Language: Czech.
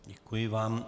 Děkuji vám.